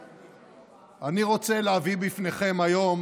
אני רוצה להביא בפניכם היום